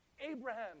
Abraham